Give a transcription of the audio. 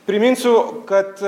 priminsiu kad